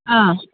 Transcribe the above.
ꯑꯥ